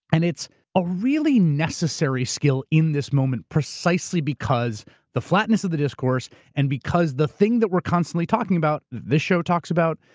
and it's a really necessary skill in this moment precisely because the flatness of the discourse and because the thing that we're constantly talking about, this show talks about,